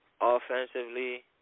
offensively